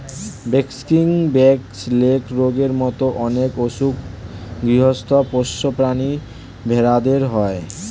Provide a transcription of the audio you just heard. braxy, black leg রোগের মত অনেক অসুখ গৃহস্ত পোষ্য প্রাণী ভেড়াদের হয়